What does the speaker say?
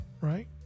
right